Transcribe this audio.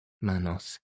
manos